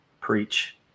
Preach